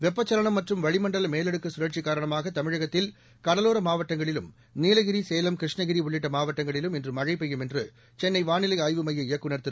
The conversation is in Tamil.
வெப்பச்சலனம் மற்றும் வளிமண்டல மேலடுக்கு சுழற்சி காரணமாக தமிழகத்தில் கடலோர மாவட்டங்களிலும் நீலகிரி சேலம் கிருஷ்ணகிரி உள்ளிட்ட மாவட்டங்களிலும் இன்று மழை பெய்யும் என்று சென்னை வானிலை ஆய்வு மைய இயக்குநர் திரு